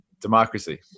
Democracy